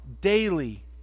daily